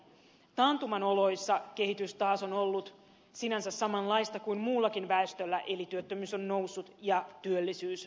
taantuman oloissa kehitys taas on ollut sinänsä samanlaista kuin muullakin väestöllä eli työttömyys on noussut ja työllisyys laskenut